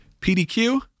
PDQ